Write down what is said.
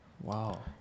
Wow